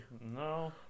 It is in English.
No